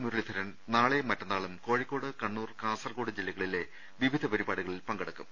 മുരളീധരൻ നാളെയും മറ്റന്നാളും കോഴിക്കോട് കണ്ണൂർ കാസർകോട് ജില്ലകളിലെ വിവിധ പരിപാടികളിൽ പങ്കെടുക്കും